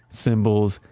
symbols,